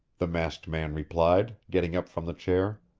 the masked man replied, getting up from the chair.